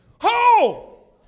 Ho